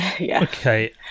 Okay